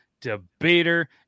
debater